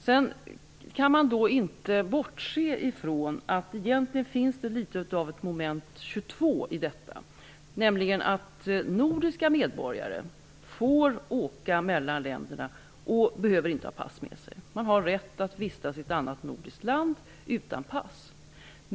Sedan går det inte att bortse från att det finns litet av Moment 22 i detta. Nordiska medborgare får åka mellan länderna och behöver inte ha pass med sig. De har rätt att vistas i ett annat nordiskt land utan pass.